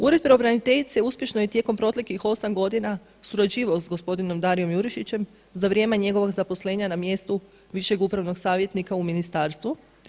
Ured pravobraniteljice uspješno je tijekom proteklih osam godina surađivao s gospodinom Dariom Jurišićem za vrijeme njegova zaposlenja na mjestu višeg upravnog savjetnika u ministarstvu.